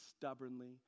stubbornly